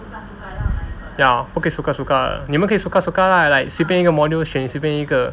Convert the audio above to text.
ya 不可以 suka suka 你们可以 suka suka right like 随便一个 module 选随便一个